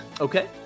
Okay